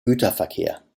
güterverkehr